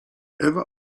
ewa